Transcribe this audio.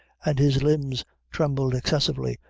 and his limbs trembled excessively,